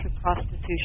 prostitution